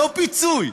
לא פיצוי,